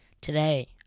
Today